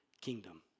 kingdom